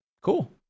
Cool